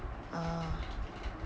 ah